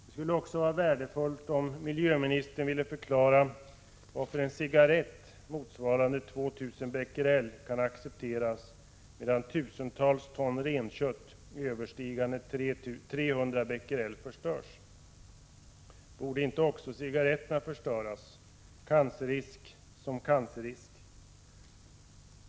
Det skulle också vara värdefullt om miljöministern ville förklara varför en cigarett motsvarande 2 000 Bq kan accepteras, medan tusentals ton renkött med värden överstigande 300 Bq har förstörts. Borde inte också cigaretterna förstöras — cancerrisk som cancerrisk?